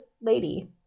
lady